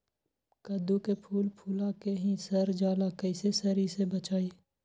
कददु के फूल फुला के ही सर जाला कइसे सरी से बचाई?